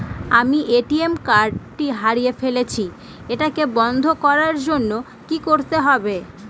আমি ATM card টি হারিয়ে ফেলেছি এটাকে বন্ধ করার জন্য কি করতে হবে?